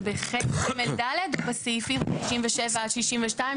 זה בחלק ג'-ד', או בסעיפים 37 עד 62?